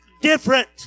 different